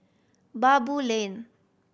Baboo Lane